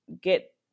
get